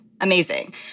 amazing